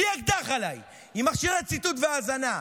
בלי אקדח עליי, עם מכשירי ציתות והאזנה.